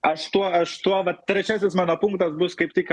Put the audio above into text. aš tuo aš tuo vat trečiasis mano punktas bus kaip tik